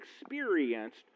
experienced